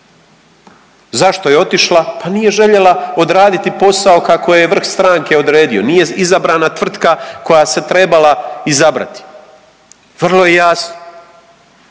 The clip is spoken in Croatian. Zašto je otišla? Pa nije željela odraditi posao kako je vrh stranke odredio, nije izabrana tvrtka koja se trebala izabrati vrlo je jasno.